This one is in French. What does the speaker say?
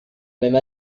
même